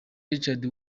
richard